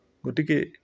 গতিকে